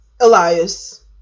Elias